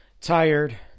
tired